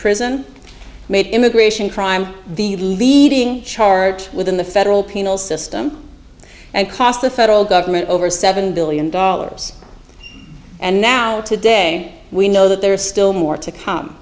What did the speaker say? made immigration crime the leading charge within the federal penal system and cost the federal government over seven billion dollars and now today we know that there is still more to come